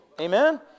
Amen